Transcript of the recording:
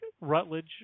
Rutledge